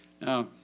Now